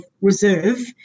reserve